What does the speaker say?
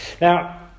now